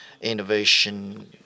innovation